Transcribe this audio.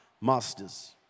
masters